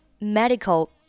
Medical